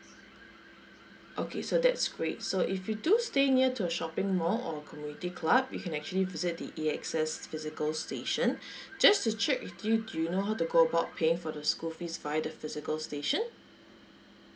okay so that's great so if you do stay near to a shopping mall or community club you can actually visit the A_X_S physical station just to check with you do you know how to go about paying for the school fees via the physical station